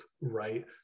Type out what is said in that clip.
right